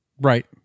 Right